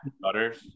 butters